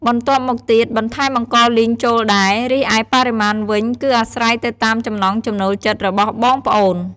បន្ទាប់មកទៀត បន្ថែមអង្ករលីងចូលដែរ រីឯបរិមាណវិញ គឺអាស្រ័យទៅតាមចំណង់ចំណូលចិត្តរបស់បងប្អូន។